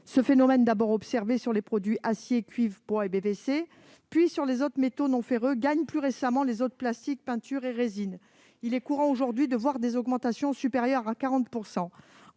Ce phénomène, d'abord observé sur les produits acier, cuivre, bois et PVC, puis sur les autres métaux non ferreux, gagne plus récemment les plastiques, peintures, résines, etc. Il est ainsi courant aujourd'hui de voir des augmentations supérieures à 40 %.